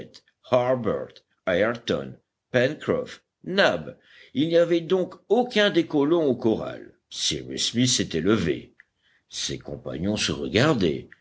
il n'y avait donc aucun des colons au corral cyrus smith s'était levé ses compagnons se regardaient